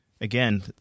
again